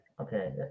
okay